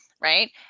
right